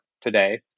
today